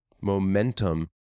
momentum